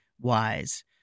wise